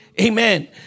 Amen